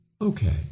Okay